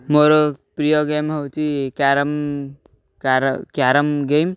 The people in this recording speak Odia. ମୋର ପ୍ରିୟ ଗେମ୍ ହେଉଛି କ୍ୟାରମ୍ କ୍ୟାରମ୍ ଗେମ୍